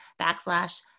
backslash